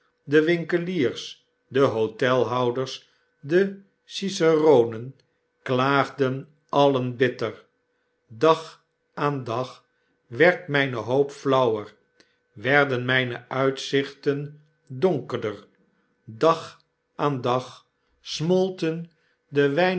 de winkeliers de hotelhouders de ciceronen klaagden alien bitter dag aan dag werd mpe hoop flauwer werden myne uitzichten donkerder dag aan dag smolten de